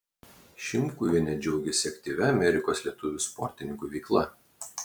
šimkuvienė džiaugiasi aktyvia amerikos lietuvių sportininkų veikla